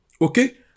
Okay